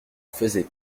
faisait